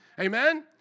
Amen